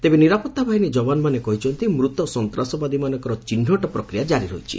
ତେବେ ନିରାପଉାବାହିନୀ କବାନମାନେ କହିଛନ୍ତି ମୃତ ସନ୍ତାସବାଦୀମାନଙ୍କ ଚିହ୍ନଟ ପ୍ରକ୍ରିୟା ଜାରି ରହିଛି